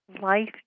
life